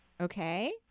Okay